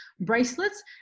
bracelets